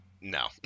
No